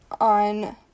on